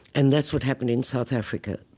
and that's what happened in south africa.